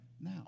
now